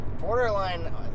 borderline